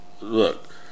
look